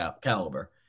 caliber